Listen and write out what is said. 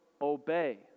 obey